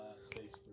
Space